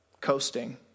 coasting